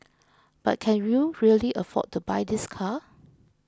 but can you really afford to buy this car